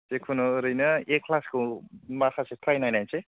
जेखुनु ओरैनो ए ख्लासखौ माखासे थ्राय नायनायसै